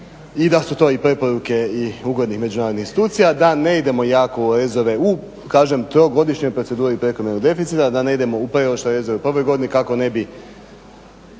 i da su to i preporuke i ugovori međunarodnih institucija, da ne idemo jako u rezove u, kažem, trogodišnjoj proceduri prekomjernog deficita, da ne idemo u preoštre rezove … kako ne bi,